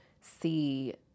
see